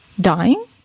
dying